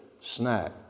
snack